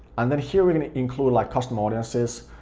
and then here we're gonna include like custom audiences.